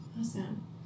awesome